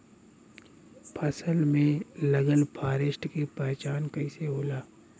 फसल में लगल फारेस्ट के पहचान कइसे होला?